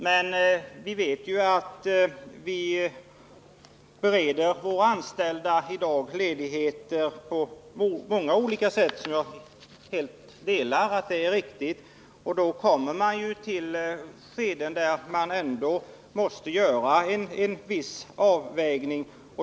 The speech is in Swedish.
Det är ju så att vi i dag på många olika sätt bereder våra anställda möjlighet tillledighet, och jag tycker detta är helt riktigt. Men man kommer till slut i ett skede då det är nödvändigt att som nu göra en viss avvägning.